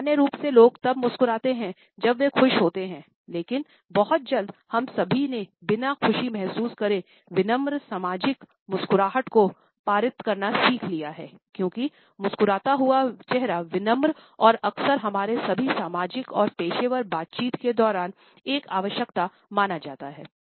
सामान्य रूप से लोग तब मुस्कुराते हैं जब वे खुश होते हैं लेकिन बहुत जल्द हम सभी ने बिना खुशी महसूस करे विनम्र सामाजिक मुस्कुराहट को पारित करना सीख लिया हैं क्योंकि मुस्कुराता हुआ चेहरा विनम्र और अक्सर हमारे सभी सामाजिक और पेशेवर बातचीत के दौरान एक आवश्यकता माना जाता है